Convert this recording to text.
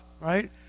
right